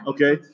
Okay